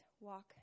walk